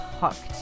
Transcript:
hooked